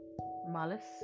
malice